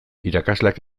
irakasleak